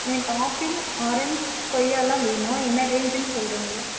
எனக்கு apple orange கொய்யாவெலாம் வேணும் என்ன ரேஞ்சுனு சொல்கிறீங்களா